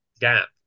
gap